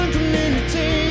community